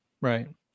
right